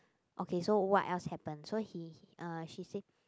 okay so what else happened so he uh she said